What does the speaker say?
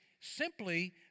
simply